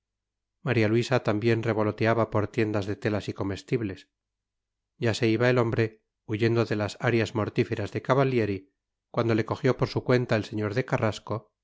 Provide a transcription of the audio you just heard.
maría luisa también revoloteaba por tiendas de telas y comestibles ya se iba el hombre huyendo de las arias mortíferas de cavallieri cuando le cogió por su cuenta el sr de carrasco